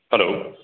hello